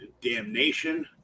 damnation